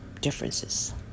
differences